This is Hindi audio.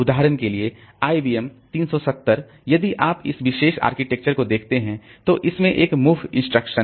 उदाहरण के लिए आईबीएम 370 यदि आप इस विशेष आर्किटेक्चर को देखते हैं तो इसमें एक मूव इंस्ट्रक्शन है